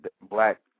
black